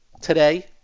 Today